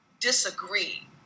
disagree